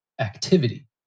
activity